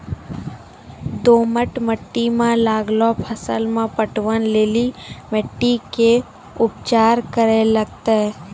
दोमट मिट्टी मे लागलो फसल मे पटवन लेली मिट्टी के की उपचार करे लगते?